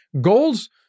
goals